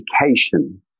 education